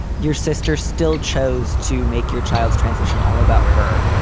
your sister still chose to make your child's transition all about her,